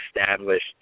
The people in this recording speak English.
established